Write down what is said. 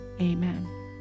Amen